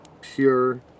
pure